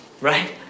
right